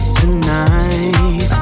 tonight